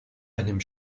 einem